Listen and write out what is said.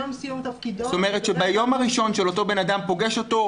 זאת אומרת, אם ביום הראשון לתפקיד פגשתי אדם,